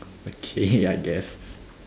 okay I guess